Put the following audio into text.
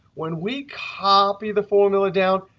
when we copy the formula down,